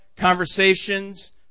conversations